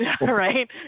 right